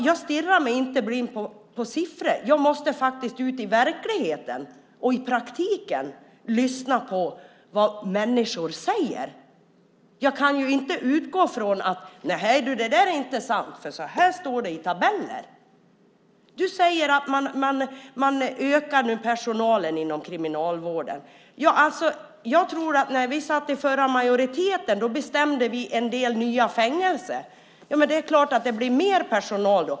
Jag stirrar mig inte blind på siffror, utan jag måste faktiskt ut i verkligheten och lyssna på vad människor säger. Jag kan ju inte utgå från att nehej, det där är inte sant, för så här står det i tabeller. Du säger att man nu ökar personalen inom kriminalvården. När vi satt i förra majoriteten beslutade vi om en del nya fängelser, och det är klart att det blir mer personal då.